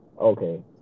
Okay